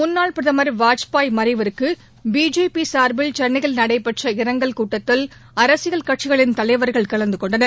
முன்னாள் பிரதமர் வாஜ்பாய் மறைவுக்கு பிஜேபி சுர்பில் சென்னையில் நடைபெற்ற இரங்கல் கூட்டத்தில் அரசியல் கட்சிகளின் தலைவர்கள் கலந்து கொண்டனர்